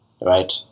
right